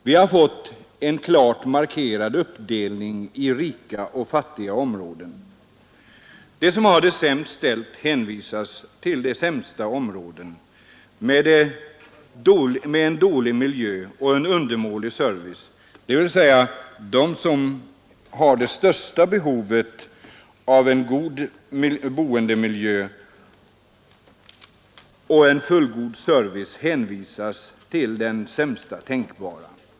Vi har fått en klart markerad uppdelning i rika och fattiga områden. De som har det sämst ställt hänvisas till de sämsta områdena med en dålig miljö och en undermålig service, dvs. de som har det största behovet av en god boendemiljö och en fullgod service hänvisas till den sämsta miljön.